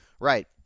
right